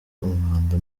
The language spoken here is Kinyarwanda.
umwanda